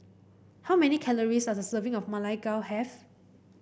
how many calories does a serving of Ma Lai Gao have